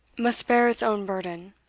must bear its own burden,